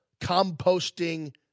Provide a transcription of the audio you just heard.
composting